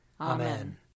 Amen